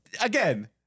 again